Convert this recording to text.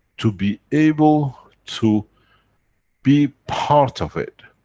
to be able to be part of it.